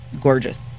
Gorgeous